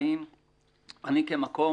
אני כמקום,